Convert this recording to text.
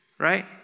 Right